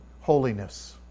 Holiness